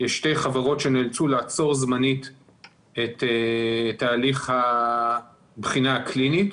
יש שתי חברות שנאלצו לעצור זמנית את תהליך הבחינה הקלינית